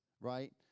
right